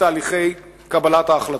בתהליכי קבלת ההחלטות.